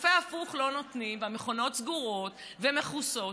קפה הפוך לא נותנים והמכונות סגורות ומכוסות,